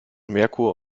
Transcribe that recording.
merkur